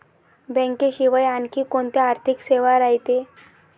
बँकेशिवाय आनखी कोंत्या आर्थिक सेवा रायते?